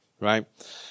right